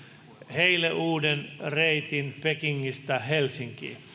heille uuden reitin pekingistä helsinkiin